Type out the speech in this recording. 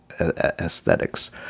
aesthetics